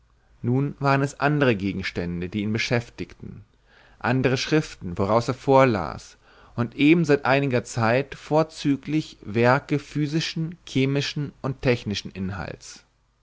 nun waren es andre gegenstände die ihn beschäftigten andre schriften woraus er vorlas und eben seit einiger zeit vorzüglich werke physischen chemischen und technischen inhalts